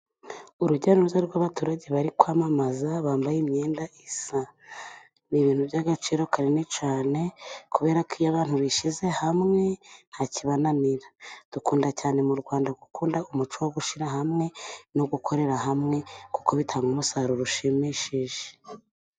Urujya n'uruza rw'abaturage bari kwamamaza, bambaye imyenda isa, n'ibintu by'agaciro kanini cyane, kubera ko iyo abantu bishyize hamwe ntakibananira, dukunda cyane mu Rwanda gukunda umuco wo gushyira hamwe, no gukorera hamwe, kuko bitanga umusaruro ushimishije.